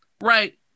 right